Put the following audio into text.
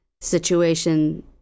situation